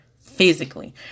physically